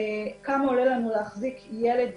כמה עולה לנו להחזיק ילד בפועל.